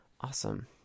Awesome